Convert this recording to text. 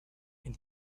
and